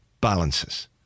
balances